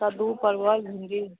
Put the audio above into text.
कद्दू परवल भिन्डी